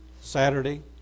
Saturday